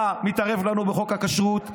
אתה מתערב לנו בחוק הכשרות,